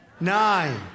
nine